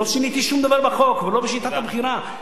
לא שיניתי שום דבר בחוק ולא בשיטת הבחירה.